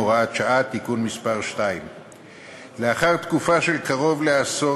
הוראת שעה) (תיקון מס' 2). לאחר תקופה של קרוב לעשור